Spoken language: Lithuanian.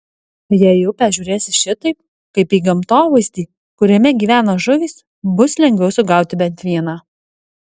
jei į upę žiūrėsi šitaip kaip į gamtovaizdį kuriame gyvena žuvys bus lengviau sugauti bent vieną